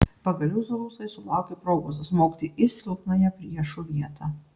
pagaliau zulusai sulaukė progos smogti į silpnąją priešų vietą